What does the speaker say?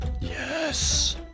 yes